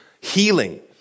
Healing